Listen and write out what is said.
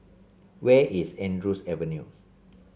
where is Andrews Avenue